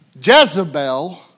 Jezebel